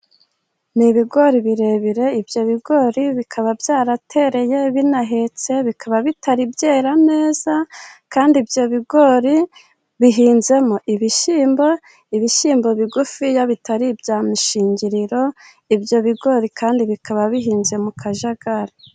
Ni ibigori birebire, ibyo bigori bikaba byaratereye binahetse bikaba bitari byera neza, kandi ibyo bigori bihinzemo ibishyimbo, ibishyimbo bigufiya bitari ibya mishingiriro, ibyo bigori kandi bikaba bihinze mu kajagari.